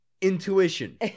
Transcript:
Intuition